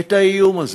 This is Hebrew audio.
את האיום הזה